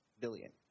billion